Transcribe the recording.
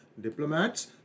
diplomats